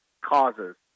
causes